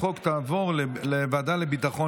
התשפ"ג 2023, לוועדה לביטחון